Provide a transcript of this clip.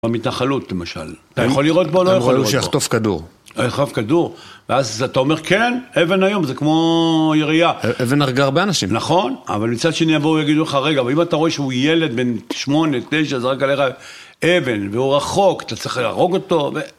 המתנחלות למשל, אתה יכול לראות בו או לא יכול לראות בו. - יכול להיות שיחטוף כדור. - יחטוף כדור. ואז אתה אומר כן? אבן היום זה כמו יריה. - אבן הרגה הרבה אנשים. - נכון, אבל מצד שני יבואו ויגידו לך רגע אבל אם אתה רואה שהוא ילד בין שמונה לתשע אז רק עליך אבן והוא רחוק, אתה צריך להרוג אותו